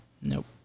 Nope